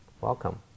Welcome